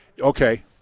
okay